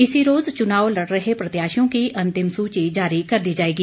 इसी रोज़ चुनाव लड़ रहे प्रत्याशियों की अंतिम सूची जारी कर दी जाएगी